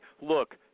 look